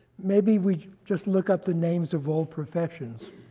maybe we just look up the names of all professions